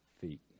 feet